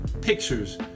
Pictures